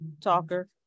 talker